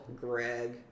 Greg